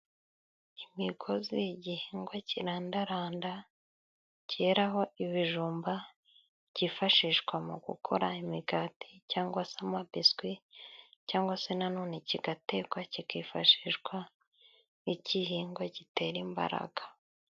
Imigozi; igihingwa kirandaranda cyeraho ibijumba byifashishwa mu gukora imigati cyangwa se amabiswi cyangwa se nanone kigatekwa kikifashishwa nk'igihingwa gitera imbaraga.